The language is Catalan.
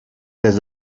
des